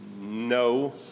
No